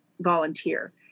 volunteer